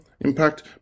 impact